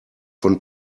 von